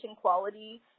quality